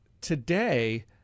today